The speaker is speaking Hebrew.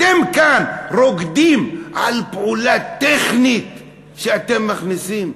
אתם כאן רוקדים על פעולה טכנית שאתם מכניסים.